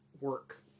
work